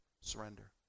Surrender